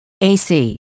AC